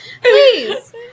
Please